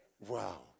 wow